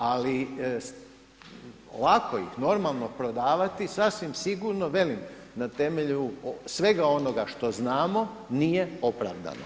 Ali ovako ih normalno prodavati sasvim sigurno velim na temelju svega onoga što znamo nije opravdano.